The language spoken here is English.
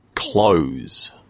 Close